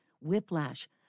whiplash